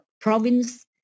province